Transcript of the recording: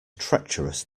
treacherous